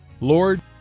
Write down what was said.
Lord